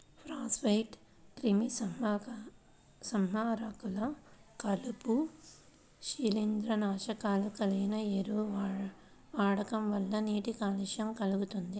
ఫాస్ఫేట్లు, క్రిమిసంహారకాలు, కలుపు, శిలీంద్రనాశకాలు కలిగిన ఎరువుల వాడకం వల్ల నీటి కాలుష్యం కల్గుతుంది